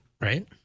right